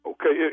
Okay